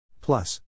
Plus